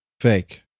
Fake